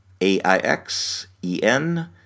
A-I-X-E-N